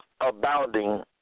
abounding